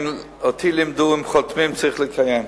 אותי לימדו: אם חותמים, צריך לקיים.